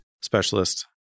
specialist